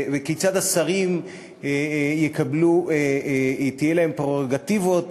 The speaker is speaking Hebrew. וכיצד השרים יהיו להם פררוגטיבות